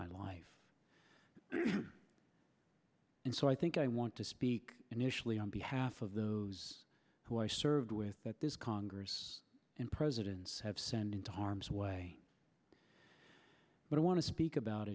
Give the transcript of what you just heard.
my life and so i think i want to speak initially on behalf of those who i served with that this congress and presidents have sent into harm's way but i want to speak about